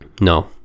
no